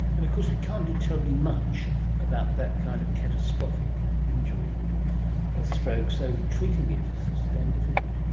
and of course we can't do terribly much about that kind of catastrophic injury with a stroke, so treating it is is damned difficult.